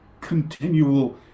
continual